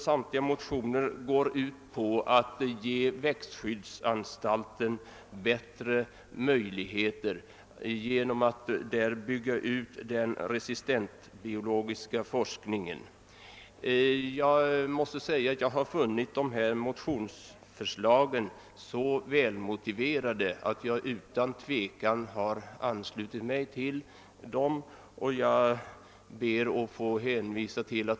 Samtliga går ut på att ge växtskyddsanstalten större anslag för att möjliggöra för den att bygga ut den resistensbiologiska forskningen. Jag har funnit dessa motionsförslag så väl motiverade att jag utan tvekan har anslutit mig till dem.